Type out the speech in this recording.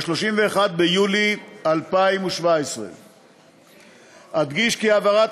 ב-31 ביולי 2017. אדגיש כי העברת